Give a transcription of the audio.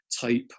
type